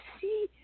see